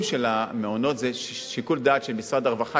של המעונות הוא לפי שיקול דעת של משרד הרווחה,